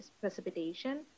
precipitation